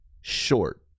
Short